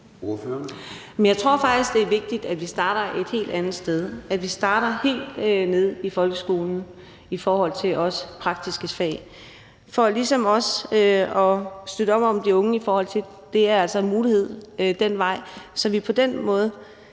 Jeg tror faktisk, det er vigtigt, at vi starter et helt andet sted, nemlig helt nede i folkeskolen, også i forhold til de praktiske fag, for ligesom også at støtte op om de unge og vise, at det altså er en mulighed at gå den vej. På den måde